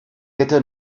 hätte